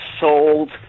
sold